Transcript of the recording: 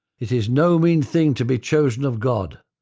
it is no mean thing to be chosen of god.